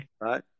Right